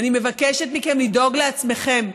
אני מבקשת מכם לדאוג לעצמכם,